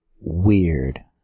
weird